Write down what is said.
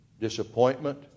disappointment